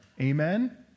amen